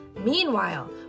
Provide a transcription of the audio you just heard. Meanwhile